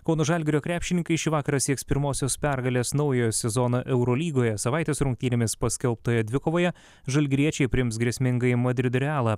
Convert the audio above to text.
kauno žalgirio krepšininkai šį vakarą sieks pirmosios pergalės naujojo sezono eurolygoje savaitės rungtynėmis paskelbtoje dvikovoje žalgiriečiai priims grėsmingąjį madrido realą